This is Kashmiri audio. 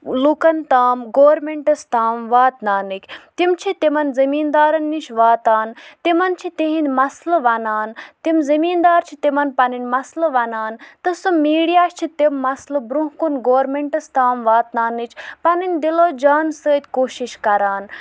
لُکن تام گورمینٹَس تام واتناونٕکۍ تِم چھِ تِمن زٔمیٖن دارن نِش واتان تِمن چھِ تِہنٛدۍ مَسلہٕ وَنان تِم زٔمیٖن دار چھِ تِمن پَنٕنی مَسلہٕ وَنان تہٕ سُہ میٖڈیا چھُ تِم مَسلہٕ برونٛہہ کُن گورمینٹَس تام واتناونٕچ پَنٕنۍ دِلو جان سۭتۍ کوٗشِش کران